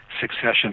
succession